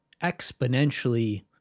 exponentially